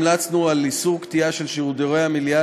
המלצנו על איסור קטיעה של שידורי המליאה